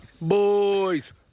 Boys